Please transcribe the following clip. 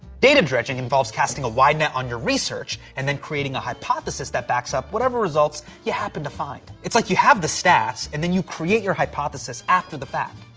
data dredging involves casting a wide net on your research, and then creating a hypothesis that backs up whatever results you happen to find. it's like you have the stats, and then you create your hypothesis after the fact.